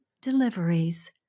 deliveries